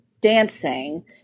dancing